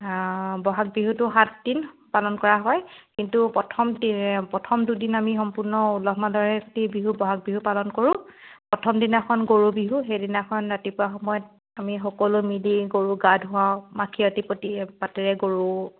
ব'হাগ বিহুটো সাত দিন পালন কৰা হয় কিন্তু প্ৰথম তি প্ৰথম দুদিন আমি সম্পূৰ্ণ ওলহ মালহেৰে কাতি বিহু ব'হাগ বিহু পালন কৰোঁ প্ৰথম দিনাখন গৰু বিহু সেইদিনাখন ৰাতিপুৱা সময়ত আমি সকলো মিলি গৰুক গা ধুৱাওঁ মাখিয়তি পতি পাতেৰে গৰুক